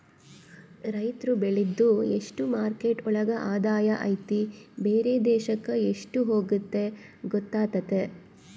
ರೈತ್ರು ಬೆಳ್ದಿದ್ದು ಎಷ್ಟು ಮಾರ್ಕೆಟ್ ಒಳಗ ಆದಾಯ ಐತಿ ಬೇರೆ ದೇಶಕ್ ಎಷ್ಟ್ ಹೋಗುತ್ತೆ ಗೊತ್ತಾತತೆ